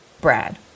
brad